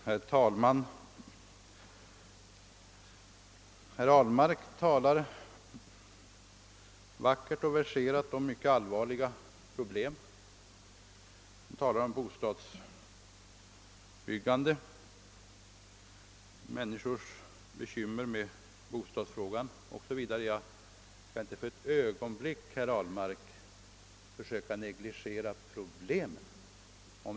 Herr talman! Herr Ahlmark talar vackert och verserat om mycket allvarliga problem. Han talar om bostadsbyggandet, om människors bekymmer med bostadsfrågan o.s.v. Jag skall inte för ett ögonblick, herr Ahlmark, försöka att negligera problemen. Tvärtom!